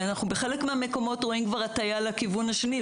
בחלק מהמקומות אנחנו רואים כבר הטיה לכיוון השני,